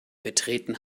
betreten